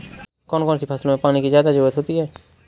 कौन कौन सी फसलों में पानी की ज्यादा ज़रुरत होती है?